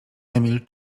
emil